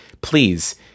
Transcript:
Please